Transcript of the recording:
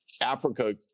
Africa